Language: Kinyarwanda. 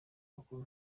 makuru